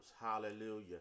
Hallelujah